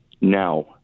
now